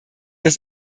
das